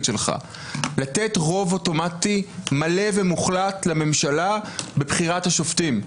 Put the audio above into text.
שלך לתת רוב אוטומטי מלא ומוחלט לממשלה בבחירת השופטים.